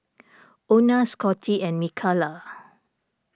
Ona Scottie and Mikalah